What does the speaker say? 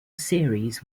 series